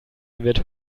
wird